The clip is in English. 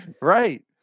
right